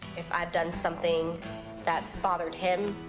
if i've done something that's bothered him,